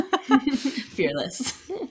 Fearless